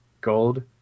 gold